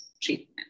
treatment